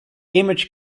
image